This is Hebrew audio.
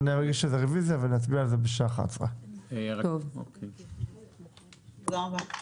אז נגיש על זה רוויזיה ונצביע על זה בשעה 11:00. תודה רבה.